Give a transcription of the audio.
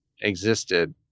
existed